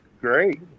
great